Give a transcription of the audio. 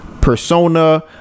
persona